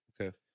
Okay